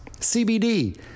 CBD